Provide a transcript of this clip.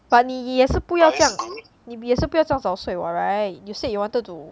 but 你也是不要这样你也是不要这样早睡 [what] right you said you wanted to